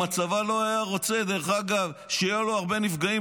אם הצבא לא היה רוצה שיהיו לו הרבה נפגעים,